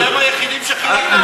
אתם היחידים שחילקתם את